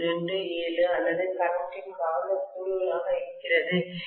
27 அல்லது கரண்ட் ன் காந்தக் கூறுகளாக இருக்கிறது